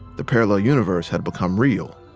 the parallel universe had become real.